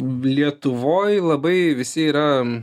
lietuvoj labai visi yra